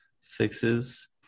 Fixes